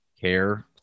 care –